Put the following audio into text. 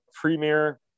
premier